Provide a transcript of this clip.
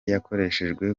yakoreshejwe